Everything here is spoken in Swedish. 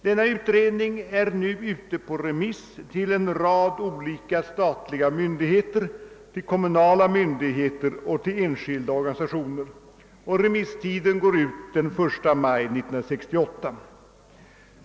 Denna utredning är nu ute på remiss till en rad olika statliga och kommunala myndigheter och till enskilda organisationer, och remisstiden går ut den 1 maj 1968.